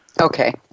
Okay